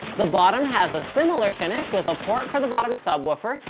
the bottom has a similar finish with a port for the bottom subwoofer,